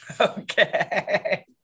Okay